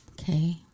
Okay